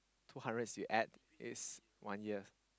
two hundreds you add it's one year